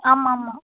ஆமாம்மா